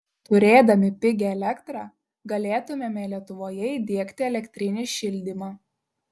turėdami pigią elektrą galėtumėme lietuvoje įdiegti elektrinį šildymą